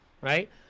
right